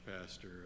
Pastor